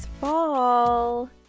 fall